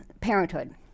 parenthood